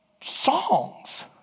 songs